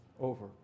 over